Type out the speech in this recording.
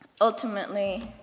Ultimately